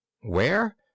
Where